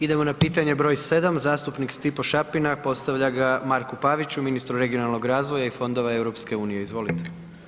Idemo na pitanje br. 7. zastupnik Stipo Šapina postavlja ga Marku Paviću, ministru regionalnog razvoja i fondova EU, izvolite.